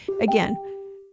again